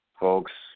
folks